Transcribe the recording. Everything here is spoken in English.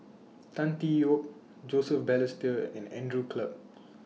Tan Tee Yoke Joseph Balestier and Andrew Clarke